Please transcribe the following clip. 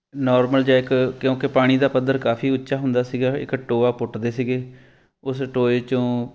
normal ਜਿਹਾ ਇੱਕ ਕਿਉਂਕਿ ਪਾਣੀ ਦਾ ਪੱਧਰ ਕਾਫੀ ਉੱਚਾ ਹੁੰਦਾ ਸੀਗਾ ਇੱਕ ਟੋਆ ਪੁੱਟਦੇ ਸੀਗੇ ਉਸ ਟੋਏ 'ਚੋਂ